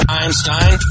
Einstein